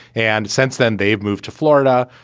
and since then, they've moved to florida.